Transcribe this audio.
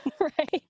right